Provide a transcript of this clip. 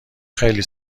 خیلی